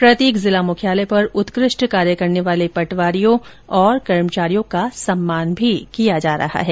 प्रत्येक जिला मुख्यालय पर उत्कृष्ट कार्य करने वाले पटवारियों और कर्मचारियों का सम्मान भी किया जा रहा है